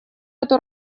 эту